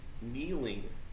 Kneeling